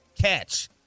catch